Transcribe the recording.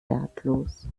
wertlos